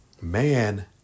man